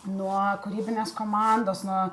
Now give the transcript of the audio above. nuo kūrybinės komandos nuo